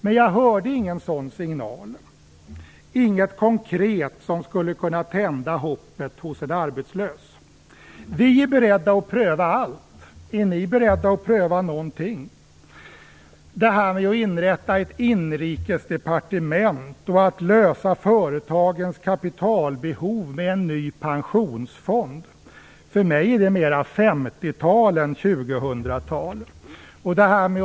Men jag hörde ingen sådan signal, inget konkret som skulle kunna tända hoppet hos en arbetslös. Vi är beredda att pröva allt. Är ni beredda att pröva någonting? Det här med att inrätta ett inrikesdepartement och att lösa företagens kapitalbehov med en ny pensionsfond - för mig är det mera 1950-tal än 2000-tal.